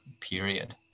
period